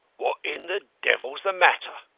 what in the devil's the matter?